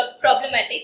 problematic